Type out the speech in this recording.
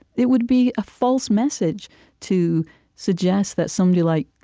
it would be a false message to suggest that somebody like